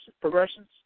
progressions